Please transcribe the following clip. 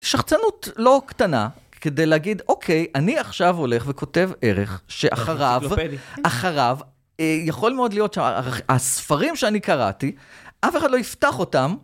שחצנות לא קטנה כדי להגיד, אוקיי, אני עכשיו הולך וכותב ערך שאחריו יכול מאוד להיות שהספרים שאני קראתי אף אחד לא יפתח אותם.